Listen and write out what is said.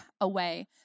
away